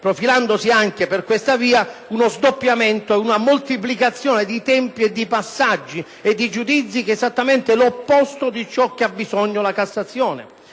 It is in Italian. profilandosi anche per questa via uno sdoppiamento e una moltiplicazione di tempi e di «passaggi» di giudizi che eesattamente l’opposto di cio di cui ha bisogno la Cassazione.